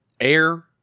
Air